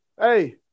hey